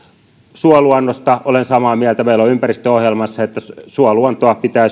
suoluonnosta olen samaa mieltä meillä on ympäristöohjelmassa että suoluontoa pitää